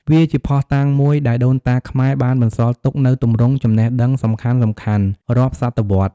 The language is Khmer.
វាជាភស្តុតាងមួយដែលដូនតាខ្មែរបានបន្សល់ទុកនូវទម្រង់ចំណេះដឹងសំខាន់ៗរាប់សតវត្សរ៍។